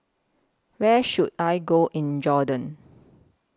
Where should I Go in Jordan